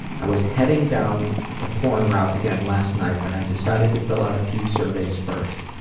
i was heading down the porn route again last night, but i decided to fill out a few surveys first.